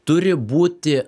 turi būti